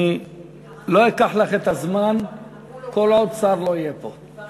אני לא אקח לך את הזמן כל עוד לא יהיה פה שר.